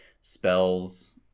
spells